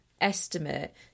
estimate